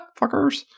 fuckers